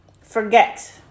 forget